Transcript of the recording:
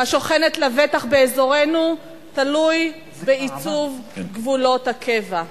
השוכנת לבטח באזורנו תלוי בעיצוב גבולות הקבע.